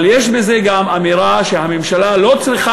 אבל יש בזה גם אמירה שהממשלה לא צריכה